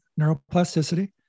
neuroplasticity